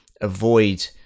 avoid